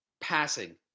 passing